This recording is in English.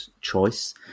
choice